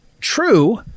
true